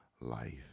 life